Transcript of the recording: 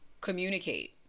communicate